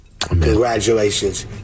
Congratulations